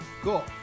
Cool